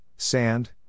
Sand